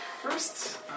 First